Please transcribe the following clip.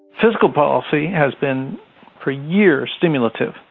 fiscal policy has been for years stimulative,